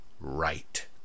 right